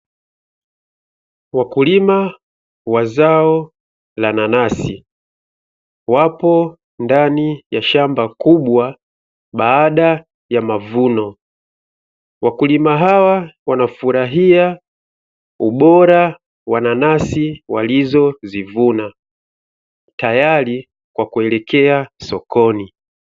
Wakulima wa zao la nanasi wapo ndani ya shamba kubwa baada ya mavuno. Wakulima hawa wanafurahia ubora wa nanasi walizozivuna tayari kwa kuelekea sokoni.